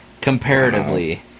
comparatively